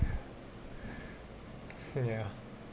ya